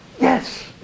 Yes